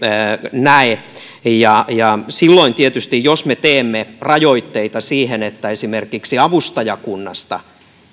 näe silloin tietysti jos me teemme rajoitteita niin että esimerkiksi avustajakunnasta